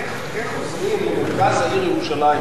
איך נוסעים למרכז העיר ירושלים,